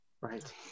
Right